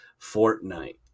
Fortnite